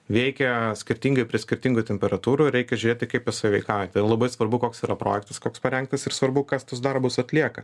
veikia skirtingai prie skirtingų temperatūrų reikia žiūrėti kaip jos sąveikauja labai svarbu koks yra projektas koks parengtas ir svarbu kas tuos darbus atlieka